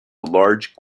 large